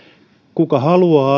kuka haluaa